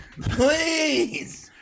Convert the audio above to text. please